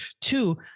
Two